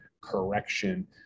correction